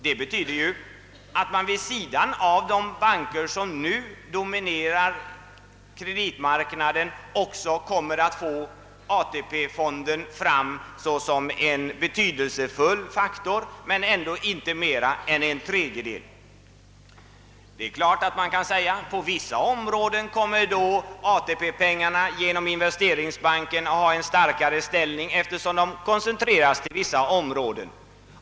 Det betyder att vid sidan av de banker som nu dominerar kreditmarknaden också kommer att finnas ATP fonden som en betydelsefull faktor, trots att den inte svarar för mer än en tredjedel. Det är klart att ATP-pengarna genom investeringsbanken kan sägas få en starkare ställning, eftersom de koncentreras till vissa områden.